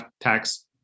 tax